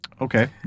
Okay